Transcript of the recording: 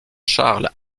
charles